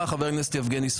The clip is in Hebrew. אנחנו פותחים את דיון הוועדה.